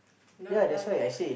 not life